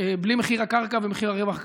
בלי מחיר הקרקע ומחיר הרווח הקבלני.